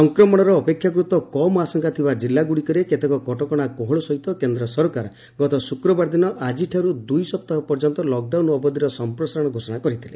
ସଂକ୍ରମଣର ଅପେକ୍ଷାକୃତ କମ୍ ଆଶଙ୍କା ଥିବା ଜିଲ୍ଲାଗୁଡ଼ିକରେ କେତେକ କଟକଣା କୋହଳ ସହିତ କେନ୍ଦ୍ର ସରକାର ଗତ ଶୁକ୍ରବାର ଦିନ ଆକିଠାରୁ ଦୁଇ ସପ୍ତାହ ପର୍ଯ୍ୟନ୍ତ ଲକ୍ଡାଉନ ଅବଧିର ସଫପ୍ରସାରଣ ଘୋଷଣା କରିଥିଲେ